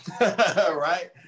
Right